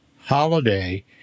holiday